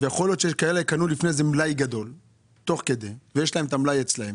יכול להיות גם שיש כאלה שקנו לפני זה מלאי גדול שעדיין נמצא אצלם.